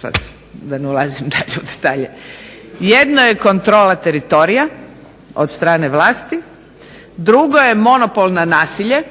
sad da ne ulazim dalje u detalje. Jedno je kontrola teritorija od strane vlasti. Drugo je monopol na nasilje